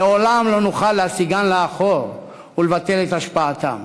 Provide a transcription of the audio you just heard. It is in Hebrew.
לעולם לא נוכל להסיגן לאחור ולבטל את השפעתן.